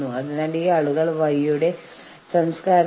നിങ്ങൾ അവിടെ ഉള്ളത് എന്തെങ്കിലും തകർക്കാൻ വേണ്ടി അല്ല